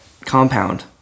compound